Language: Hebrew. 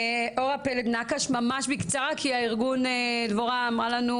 אורה פלד נקש ממש בקצרה, כי הארגון דבורה אמרה לנו